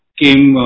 came